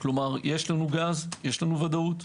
כלומר יש לנו גז, יש לנו ודאות.